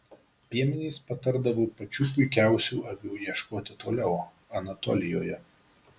piemenys patardavo pačių puikiausių avių ieškoti toliau anatolijoje